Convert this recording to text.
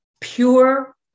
Pure